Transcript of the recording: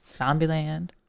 Zombieland